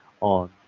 on